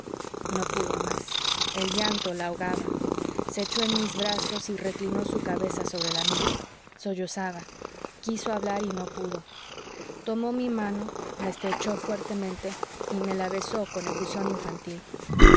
no pudo más el llanto la ahogaba se echó en mis brazos y reclinó su cabeza sobre la mía sollozaba quiso hablar y no pudo tomó mi mano la estrechó fuertemente y me la besó con efusión infantil